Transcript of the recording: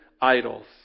idols